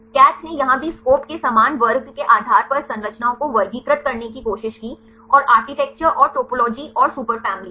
CATH ने यहां भी SCOP के समान वर्ग के आधार पर संरचनाओं को वर्गीकृत करने की कोशिश की और आर्किटेक्चर और टोपोलॉजी और सुपरफैमिली